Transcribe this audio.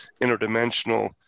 interdimensional